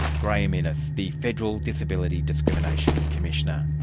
graeme innes, the federal disability discrimination commissioner.